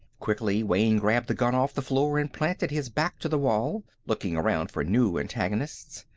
quickly, wayne grabbed the gun off the floor and planted his back to the wall, looking around for new antagonists.